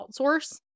outsource